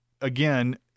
again –